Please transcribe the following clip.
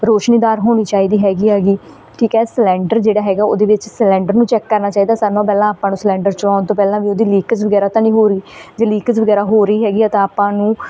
ਰੋਸ਼ਨੀਦਾਰ ਹੋਣੀ ਚਾਹੀਦੀ ਹੈਗੀ ਹੈਗੀ ਠੀਕ ਹੈ ਸਿਲਿੰਡਰ ਜਿਹੜਾ ਹੈਗਾ ਉਹਦੇ ਵਿੱਚ ਸਿਲਿੰਡਰ ਨੂੰ ਚੈੱਕ ਕਰਨਾ ਚਾਹੀਦਾ ਸਾਰਿਆਂ ਨਾਲੋਂ ਪਹਿਲਾਂ ਆਪਾਂ ਨੂੰ ਸਿਲਿੰਡਰ ਚਲਾਉਣ ਤੋਂ ਪਹਿਲਾਂ ਵੀ ਉਹਦੀ ਲੀਕੇਜ ਵਗੈਰਾ ਤਾਂ ਨਹੀਂ ਹੋ ਰਹੀ ਜੇ ਲੀਕੇਜ ਵਗੈਰਾ ਹੋ ਰਹੀ ਹੈਗੀ ਆ ਤਾਂ ਆਪਾਂ ਨੂੰ